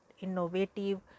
innovative